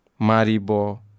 maribo